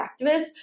activists